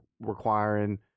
requiring